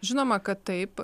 žinoma kad taip